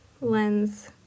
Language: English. lens